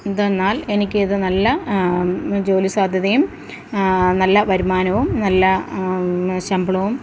എന്തെന്നാല് എനിക്ക് ഇത് നല്ല ജോലി സാധ്യതയും നല്ല വരുമാനവും നല്ല ശമ്പളവും